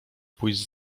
pójść